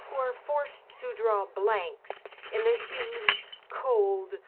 who are forced to draw blanks in the huge, cold,